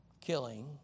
killing